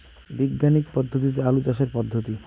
বিজ্ঞানিক পদ্ধতিতে আলু চাষের পদ্ধতি?